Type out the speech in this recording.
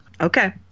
Okay